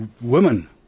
women